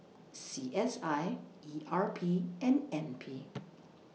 C S I E R P and N P